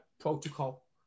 protocol